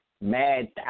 Mad